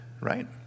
right